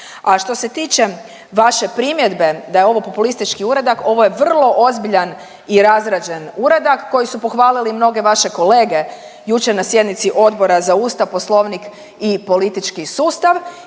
A što se tiče vaše primjedbe da je ovo populistički uradak, ovo je vrlo ozbiljan i razrađen uradak koji su pohvalili i mnoge vaše kolege jučer na sjednici Odbora za Ustav, Poslovnik i politički sustav.